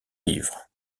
livres